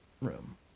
room